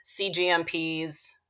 CGMPs